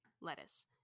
lettuce